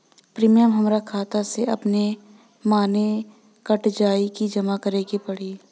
Premium हमरा खाता से अपने माने कट जाई की जमा करे के पड़ी?